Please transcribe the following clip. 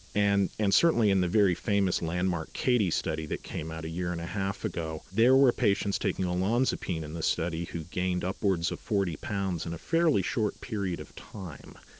and and certainly in the very famous landmark catie study that came out about a year and a half ago. there were patients taking olanzapine in this study who gained upwards of forty pounds in a fairly short period of time.